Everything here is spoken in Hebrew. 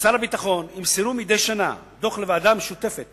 ושר הביטחון ימסרו מדי שנה דוח לוועדה המשותפת